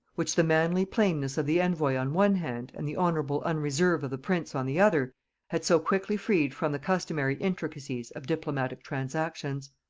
which the manly plainness of the envoy on one hand and the honourable unreserve of the prince on the other had so quickly freed from the customary intricacies of diplomatic transactions.